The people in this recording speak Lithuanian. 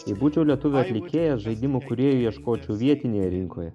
jei būčiau lietuvių atlikėjas žaidimų kūrėjų ieškočiau vietinėje rinkoje